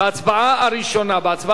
בהצבעה הזאת זה בסדר גמור.